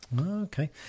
Okay